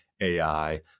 AI